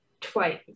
twice